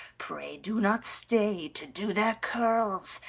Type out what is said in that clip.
pray do not stay to do their curls,